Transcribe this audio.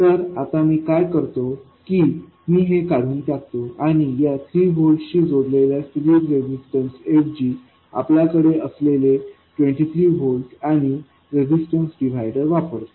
तर आता मी काय करतो की मी हे काढून टाकतो आणि या 3 व्होल्ट्स शी जोडलेल्या सिरीज रेझिस्टन्स ऐवजी माझ्याकडे असलेले 23 व्होल्ट आणि रेजिस्टन्स डिव्हायडर वापरतो